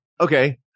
Okay